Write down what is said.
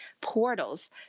portals